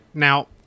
Now